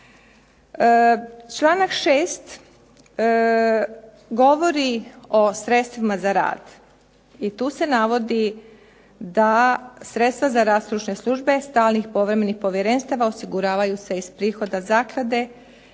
Članak 6. govori o sredstvima za rad. I tu se navodi za sredstva za rad stručne službe stalnih povremenih povjerenstva osiguravaju se iz prihoda zaklade